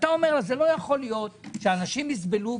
אומר לה שזה לא יכול להיות שאנשים יסבלו,